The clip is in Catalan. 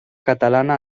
catalana